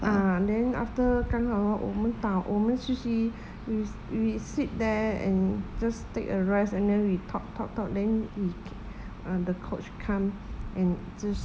ah then after 刚好 hor 我们打我们休息 we we sit there and just take a rest and then we talk talk talk then he c~ err the coach come and just